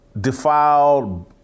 defiled